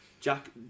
Jack